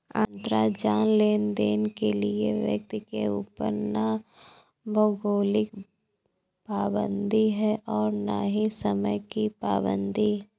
अंतराजाल लेनदेन के लिए व्यक्ति के ऊपर ना भौगोलिक पाबंदी है और ना ही समय की पाबंदी है